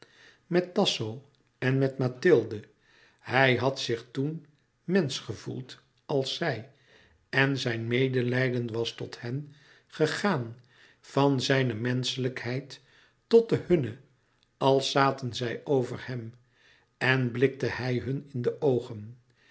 met tasso en met mathilde hij had zich toen mensch gevoeld als zij en zijn medelijden was tot hen gegaan van zijne menschelijkheid tot de hunne als zaten zij over hem en blikte hij hun in de oogen